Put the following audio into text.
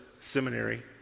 Seminary